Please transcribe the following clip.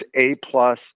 A-plus